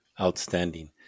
Outstanding